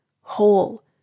whole